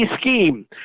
scheme